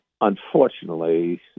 unfortunately